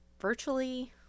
virtually